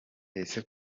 ese